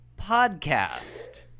podcast